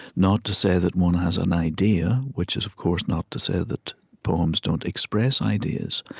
not to say that one has an idea, which is of course not to say that poems don't express ideas.